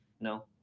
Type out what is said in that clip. No